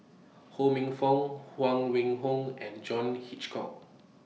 Ho Minfong Huang Wenhong and John Hitchcock